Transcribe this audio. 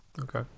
Okay